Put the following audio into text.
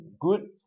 good